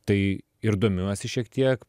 tai ir domiuosi šiek tiek